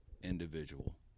individual